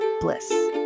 bliss